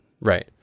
Right